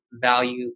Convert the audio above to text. value